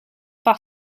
par